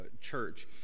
church